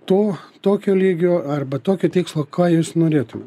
to tokio lygio arba tokio tikslo ką jūs norėtumėt